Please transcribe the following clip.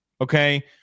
okay